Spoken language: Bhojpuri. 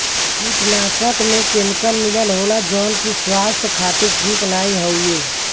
कीटनाशक में केमिकल मिलल होला जौन की स्वास्थ्य खातिर ठीक नाहीं हउवे